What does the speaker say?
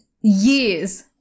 years